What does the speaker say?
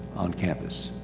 on campus.